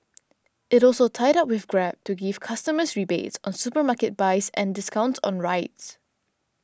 it also tied up with Grab to give customers rebates on supermarket buys and discounts on rides